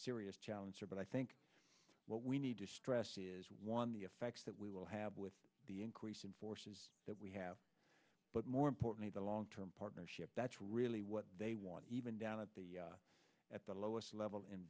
serious challenge sir but i think what we need to stress is one of the effects that we will have with the increase in forces that we have but more importantly the long term partnership that's really what they want even down at the lowest level